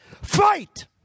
Fight